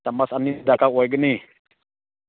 ꯆꯥꯃꯁ ꯑꯅꯤ ꯗꯔꯀꯥꯔ ꯑꯣꯏꯒꯅꯤ